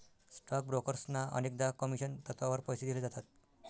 stock ब्रोकर्सना अनेकदा commission तत्त्वावर पैसे दिले जातात